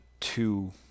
two